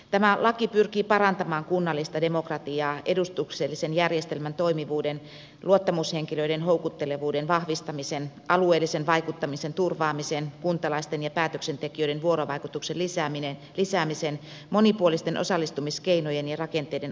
tämä laki pyrkii parantamaan kunnallista demokratiaa edustuksellisen järjestelmän toimivuuden luottamushenkilöiden houkuttelevuuden vahvistamisen alueellisen vaikuttamisen turvaamisen kuntalaisten ja päätöksentekijöiden vuorovaikutuksen lisäämisen monipuolisten osallistumiskeinojen ja rakenteiden ajantasaistamisen avulla